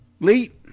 Late